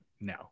No